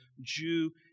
Jew